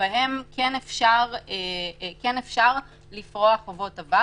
שבהן כן אפשר לפרוע חובות עבר.